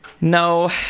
No